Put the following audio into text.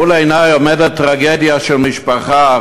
מול עיני עומדת טרגדיה של משפחה,